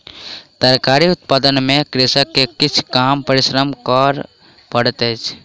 तरकारी उत्पादन में कृषक के किछ कम परिश्रम कर पड़ैत अछि